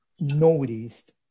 noticed